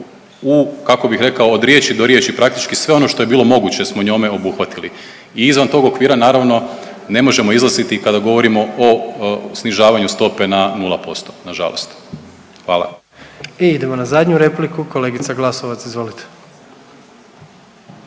u, kako bih rekao, od riječi do riječi praktički sve ono što je bilo moguće smo njome obuhvatili. I izvan tog okvira naravno ne možemo izlaziti kada govorimo o snižavanju stope na nula posto, nažalost. Hvala. **Jandroković, Gordan (HDZ)** I idemo na zadnju repliku, kolegica Glasovac izvolite.